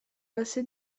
passé